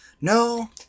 no